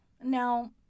Now